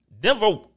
Denver